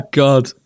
god